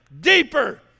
deeper